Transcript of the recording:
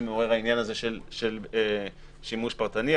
מעורר העניין הזה של שימוש פרטני.